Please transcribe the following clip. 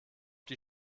die